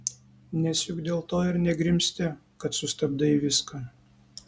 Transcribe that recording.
nes juk dėl to ir negrimzti kad sustabdai viską